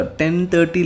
10:30